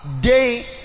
day